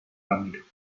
ramiro